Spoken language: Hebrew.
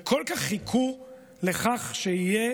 וכל כך חיכו לכך שיהיה